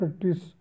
practice